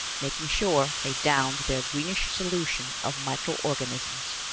making sure they downed their greenish solution of microorganisms.